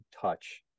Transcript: Touch